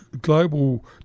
global